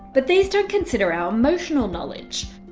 but these don't consider our emotional knowledge.